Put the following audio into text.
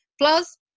Plus